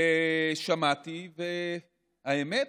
שמעתי, והאמת